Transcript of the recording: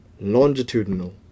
longitudinal